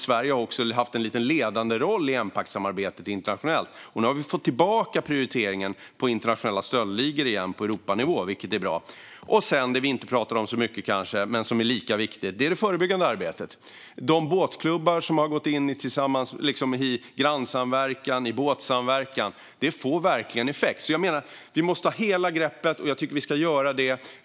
Sverige har också haft en lite ledande roll i Empactsamarbetet internationellt, och nu har vi fått tillbaka prioriteringen av internationella stöldligor igen på Europanivå, vilket är bra. Sedan har vi det som vi kanske inte pratar om så mycket men som är lika viktigt, nämligen det förebyggande arbetet. De båtklubbar som har gått in tillsammans i grannsamverkan och båtsamverkan får verkligen effekt. Jag menar att vi måste ha hela greppet. Jag tycker att vi ska göra detta.